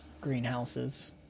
greenhouses